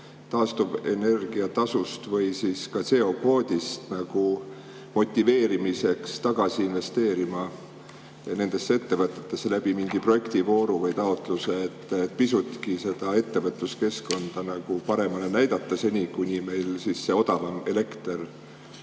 taastuvenergia tasust või CO‑kvoodist nagu motiveerimiseks tagasi investeerima nendesse ettevõtetesse läbi mingi projektivooru või taotluse, selleks et pisutki seda ettevõtluskeskkonda paremana näidata, seni kuni meil see odavam elekter